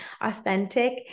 authentic